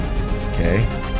okay